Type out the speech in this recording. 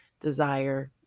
desire